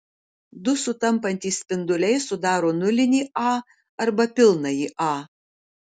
du sutampantys spinduliai sudaro nulinį a arba pilnąjį a